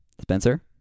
Spencer